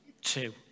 Two